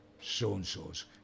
so-and-sos